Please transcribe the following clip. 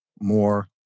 more